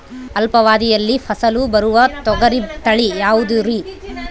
ಅಲ್ಪಾವಧಿಯಲ್ಲಿ ಫಸಲು ಬರುವ ತೊಗರಿ ತಳಿ ಯಾವುದುರಿ?